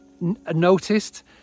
noticed